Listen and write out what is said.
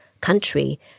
country